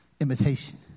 imitation